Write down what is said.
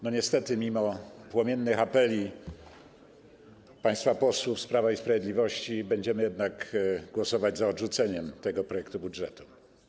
Niestety mimo płomiennych apeli państwa posłów z Prawa i Sprawiedliwości będziemy głosować za odrzuceniem projektu budżetu.